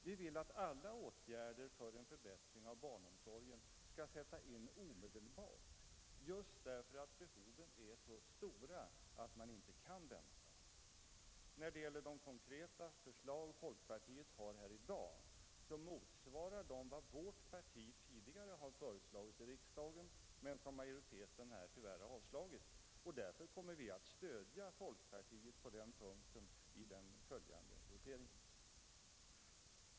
Vi vill att alla åtgärder för en förbättring av barnomsorgen skall sättas in omedelbart, eftersom behoven är så stora att de inte kan vänta. De konkreta förslag folkpartiet har här i dag motsvarar vad vårt parti tidigare har föreslagit i riksdagen men majoriteten tyvärr har avslagit. Därför kommer vi att stödja folkpartiet på den punkten i den följande voteringen.